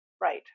Right